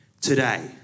Today